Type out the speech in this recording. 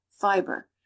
fiber